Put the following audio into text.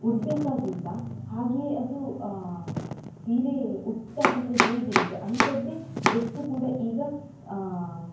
ಉಡಬೇಕಾಗಿಲ್ಲ ಹಾಗೆಯೇ ಅದೂ ಸೀರೆ ಉಟ್ಟಾದಮೇಲೆ ಹೇಗಿರುತ್ತೆ ಅಂಥದ್ದೇ ಡ್ರೆಸ್ ಕೂಡ ಈಗ